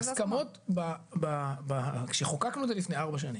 ההסכמות כשחוקקנו את זה לפני ארבע שנים,